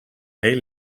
heel